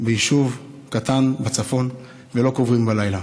ביישוב קטן בצפון, ולא קוברים בלילה.